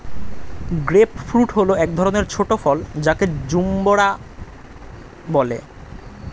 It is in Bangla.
গ্রেপ ফ্রূট হল এক ধরনের ছোট ফল যাকে জাম্বুরা বলে